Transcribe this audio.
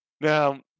now